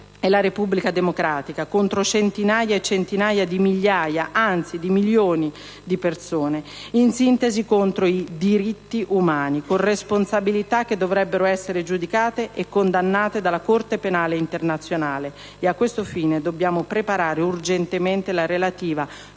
la Repubblica democratica, contro centinaia e centinaia di migliaia - anzi di milioni - di persone. In sintesi contro i Diritti Umani, con responsabilità che dovrebbero essere giudicate e condannate dalla Corte Penale Internazionale (e a questo fine dobbiamo preparare urgentemente la relativa,